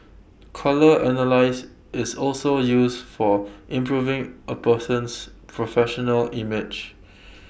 colour analysis is also use for improving A person's professional image